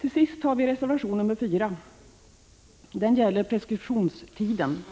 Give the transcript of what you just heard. Till sist vill jag kommentera reservation nr 4. Den gäller preskriptionstiden.